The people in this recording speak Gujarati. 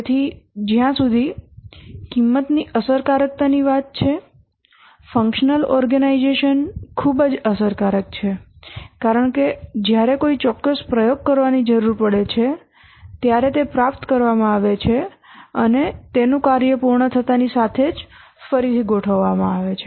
તેથી જ્યાં સુધી કિંમતની અસરકારકતાની વાત છે ફંક્શનલ ઓર્ગેનાઇઝેશન ખૂબ જ અસરકારક છે કારણ કે જ્યારે કોઈ ચોક્કસ પ્રયોગ કરવાની જરૂર પડે છે ત્યારે તે પ્રાપ્ત કરવામાં આવે છે અને તેનું કાર્ય પૂર્ણ થતાંની સાથે જ ફરીથી ગોઠવવામાં આવે છે